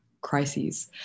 crises